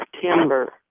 September